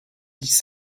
dix